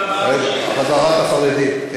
הדרת החרדים,